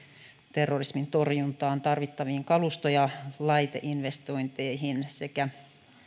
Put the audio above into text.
terrorismin torjuntaan tarvittaviin kalusto ja laiteinvestointeihin sekä